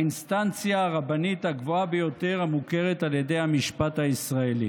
האינסטנציה הרבנית הגבוהה ביותר המוכרת על ידי המשפט הישראלי.